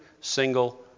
single